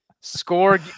Score